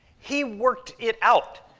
he worked it out.